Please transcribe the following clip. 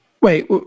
Wait